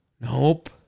nope